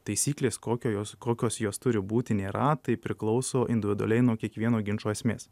taisyklės kokio jos kokios jos turi būti nėra tai priklauso individualiai nuo kiekvieno ginčo esmės